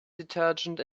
detergent